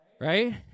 right